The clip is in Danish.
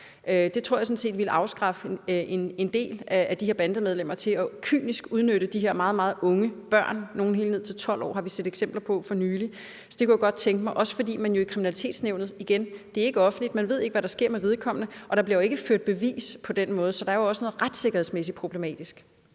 Det tror jeg sådan set ville afskrække en del af de her bandemedlemmer fra kynisk at udnytte de her meget, meget unge børn. Nogle er helt ned til 12 år; det har vi set eksempler på for nylig. Så det kunne jeg godt tænke mig, også fordi det jo ikke er offentligt i Ungdomkriminalitetsnævnet. Man ved ikke, hvad der sker med vedkommende, og der bliver jo ikke ført bevis på den måde. Så der er også noget retssikkerhedsmæssigt problematisk.